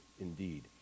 indeed